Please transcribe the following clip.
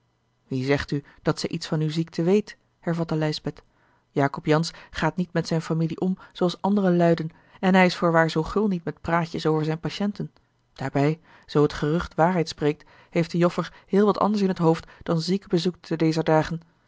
wie zegt u dat zij iets van uwe ziekte weet hervatte lijs beth jacob jansz gaat niet met zijne familie om zooals andere luiden en hij is voorwaar zoo gul niet met praatjes over zijne patiënten daarbij zoo het gerucht waarheid spreekt heeft de joffer heel wat anders in t hoofd dan ziekenbezoek te dezer dagen